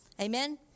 amen